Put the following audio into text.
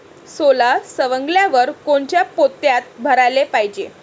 सोला सवंगल्यावर कोनच्या पोत्यात भराले पायजे?